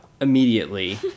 immediately